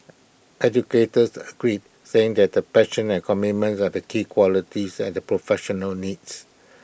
educators agreed saying that the passion and commitment are the key qualities that the professional needs